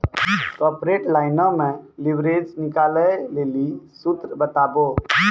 corporate लाइनो मे leverage निकालै लेली सूत्र बताबो